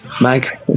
Mike